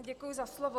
Děkuji za slovo.